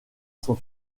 son